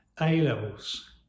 A-levels